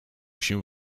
się